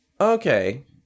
Okay